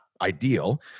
ideal